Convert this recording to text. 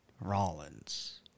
Rollins